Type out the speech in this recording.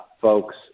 folks